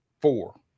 four